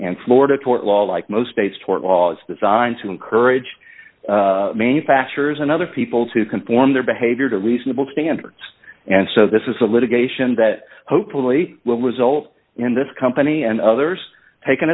and florida tort law like most states tort laws designed to encourage manufacturers and other people to conform their behavior to reasonable standards and so this is a litigation that hopefully will result in this company and others tak